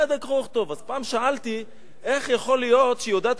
אז פעם שאלתי איך יכול להיות שהיא יודעת